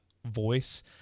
voice